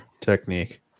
technique